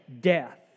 death